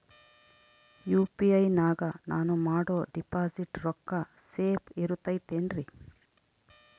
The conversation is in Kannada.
ಯು.ಪಿ.ಐ ನಾಗ ನಾನು ಮಾಡೋ ಡಿಪಾಸಿಟ್ ರೊಕ್ಕ ಸೇಫ್ ಇರುತೈತೇನ್ರಿ?